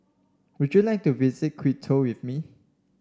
would you like to visit Quito with me